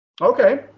Okay